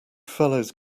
fellows